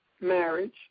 marriage